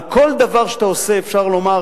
על כל דבר שאתה עושה אפשר לומר